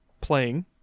playing